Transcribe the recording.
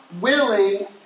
willing